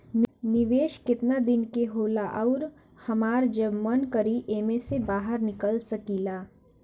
निवेस केतना दिन के होला अउर हमार जब मन करि एमे से बहार निकल सकिला?